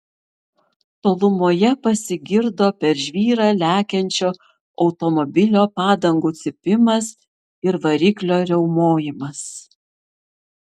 tolumoje pasigirdo per žvyrą lekiančio automobilio padangų cypimas ir variklio riaumojimas